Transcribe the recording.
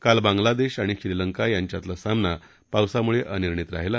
काल बांगला देश आणि श्रीलंका यांच्यातला सामना पावसामुळे अनिर्णित राहिला